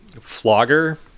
flogger